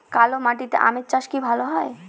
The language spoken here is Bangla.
কালো মাটিতে আম চাষ কি ভালো হয়?